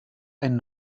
ein